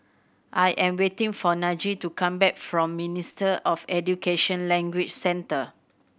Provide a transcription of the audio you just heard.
I am waiting for Najee to come back from Minister of Education Language Centre